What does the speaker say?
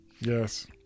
Yes